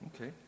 Okay